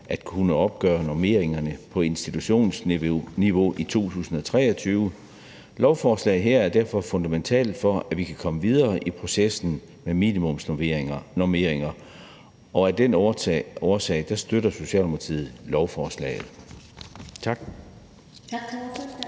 at kunne opgøre normeringerne på institutionsniveau i 2023. Lovforslaget her er derfor fundamentalt for, at vi kan komme videre i processen med minimumsnormeringer. Af den årsag støtter Socialdemokratiet lovforslaget. Tak.